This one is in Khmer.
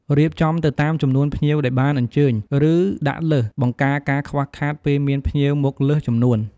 រៀបចំទៅតាមចំនួនភ្ញៀវដែលបានអញ្ជើញ ឬដាក់លើស បង្ការការខ្វះខាតពេលមានភ្ញៀរមកលើសចំនួន។